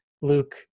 Luke